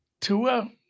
Tua